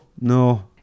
no